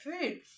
food